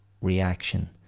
reaction